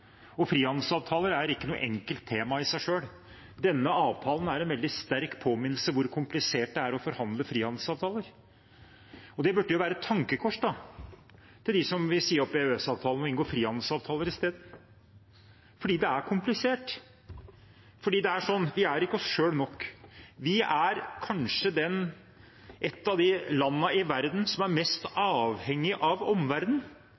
Frihandelsavtaler er ikke noe enkelt tema i seg selv. Denne avtalen er en veldig sterk påminnelse om hvor komplisert det er å forhandle frihandelsavtaler, og det burde være et tankekors for dem som vil si opp EØS-avtalen og inngå frihandelsavtaler i stedet, for det er komplisert, det er sånn at vi ikke er oss selv nok. Vi er et av de landene i verden som kanskje er mest avhengig av